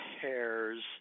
pairs